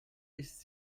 ist